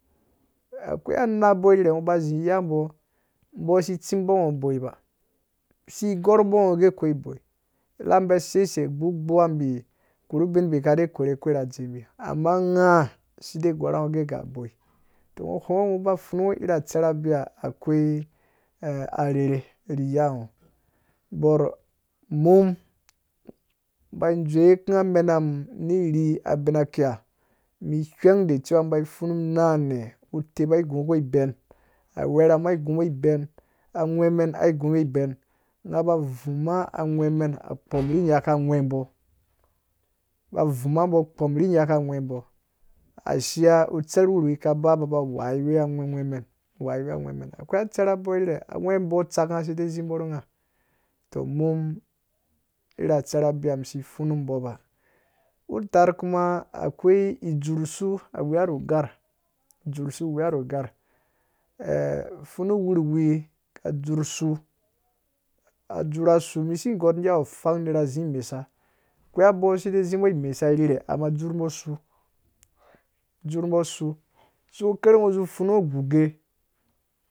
Akwei ana bo irhirhe ngo ba zi ni yambɔ mbɔ si tsimbo ngo uboi ba si gɔrh mbo ngɔ gɛ kwei boi ila mbi seisei gbugbuwa mbi korhe bin mbi kade korhe kuwe na dzembi, amaa nga si de gɔrha ngɔ gɛ ga boi tɔ ngɔ hweng ngɔ ngɔ ba pfunu ngɔ ira tserh abiha akwei arherhe ri iyangɔ borh, mum mba dzewe kum amenam ni iri abina kiya mi hweng de cewa mba pfunum una nɛ uteba uggu ko ibɛm angwemen ai gu mbo ibɛm angwemen ai gu mbo iben nga ba avuma agwemen akpon ru inyaka agwe mbo, ba vum mbo kpom ru nyaka agwembo ashia utserh wurhuwi kaba ba ba wai we agwemen, wai we agwemen akwei atserh abo irhirhe agwembo tsaknga zi dɛ zi mbɔ ru ng tɔ mumira tserh abiya, mi si pfunun mbɔ ba utaar kuma, akwei izurh usu aweya ru ugarh, dzurhsu weya ru garh pfunun wurhuwi ka dzur su adzurha su mi si gɔtum ge’ awu pfang nurha zi imesa kwei abo zi de zi mbɔ imesa rirhe ama dzurh mbɔ su dzurh mbɔ su so kerh ngɔ zi pfunu ngɔ guge